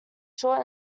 short